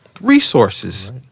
resources